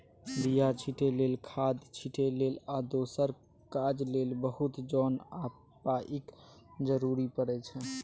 बीया छीटै लेल, खाद छिटै लेल आ दोसर काज लेल बहुत जोन आ पाइक जरुरत परै छै